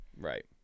Right